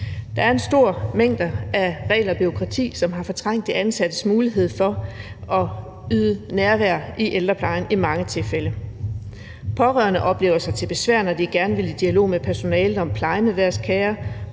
Der er en stor mængde af regler og bureaukrati, som har fortrængt de ansattes mulighed for at yde nærvær i ældreplejen i mange tilfælde. Pårørende oplever at være til besvær, når de gerne vil i dialog med personalet om plejen af deres kære,